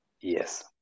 Yes